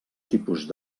tipus